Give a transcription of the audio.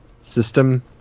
system